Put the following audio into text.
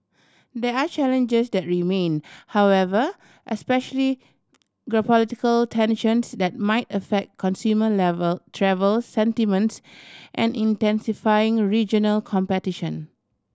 there are challenges that remain however especially geopolitical tensions that might affect consumer level travel sentiments and intensifying regional competition